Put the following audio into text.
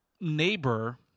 neighbor